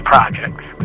Projects